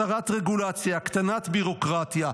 הסרת רגולציה, הקטנת ביורוקרטיה.